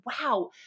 wow